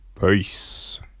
Peace